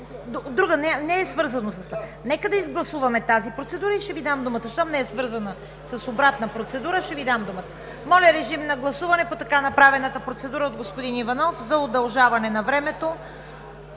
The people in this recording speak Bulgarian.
съвет. (Реплики отляво.) Нека да изгласуваме тази процедура и ще Ви дам думата. Щом не е свързана с обратна процедура, ще Ви дам думата. Моля, режим на гласуване по така направената процедура от господин Иванов за удължаване на времето